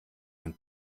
ein